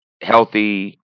healthy